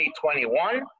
2021